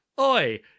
Oi